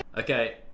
okay,